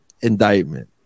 indictment